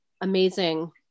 amazing